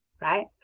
right